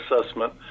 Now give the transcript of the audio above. Assessment